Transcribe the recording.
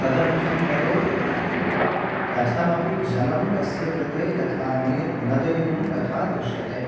तद्भयन्तरे कथमपि जलं तस्य कृते यथा ने न देयं तथा दृश्यते